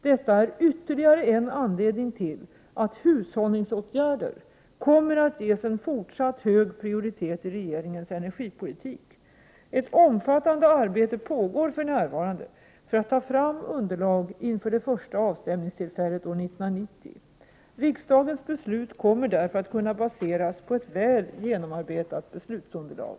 Detta är ytterligare en anledning till att hushållningsåtgärder kommer att ges en fortsatt hög prioritet i regeringens energipolitik. Ett omfattande arbete pågår för närvarande för att ta fram underlag inför det första avstämningstillfället år 1990. Riksdagens beslut kommer därför att kunna baseras på ett väl genomarbetat beslutsunderlag.